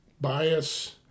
bias